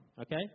okay